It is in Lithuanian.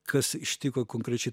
kas ištiko konkrečiai